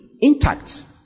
intact